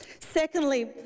Secondly